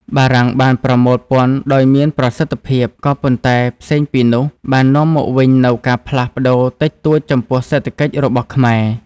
បារាំងបាន ប្រមូលពន្ធដោយមានប្រសិទ្ធិភាព ក៏ប៉ុន្តែផ្សេងពីនោះ បាននាំមកវិញនូវការផ្លាស់ ប្តូរតិចតួចចំពោះសេដ្ឋកិច្ចរបស់ខ្មែរ។